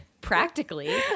Practically